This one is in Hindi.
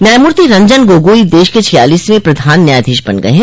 न्यायमूर्ति रंजन गोगोई देश के छियालीसवें प्रधान न्यायाधीश बन गये हैं